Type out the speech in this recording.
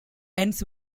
ends